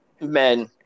men